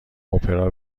اپرا